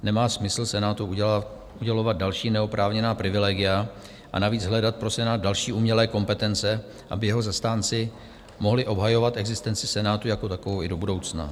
Nemá smysl Senátu udělovat další neoprávněná privilegia a navíc hledat pro Senát další umělé kompetence, aby jeho zastánci mohli obhajovat existenci Senátu jako takovou i do budoucna.